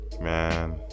Man